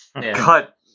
cut